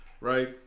right